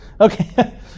okay